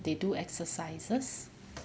they do exercises